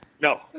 No